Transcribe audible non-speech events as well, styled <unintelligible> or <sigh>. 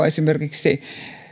<unintelligible> esimerkiksi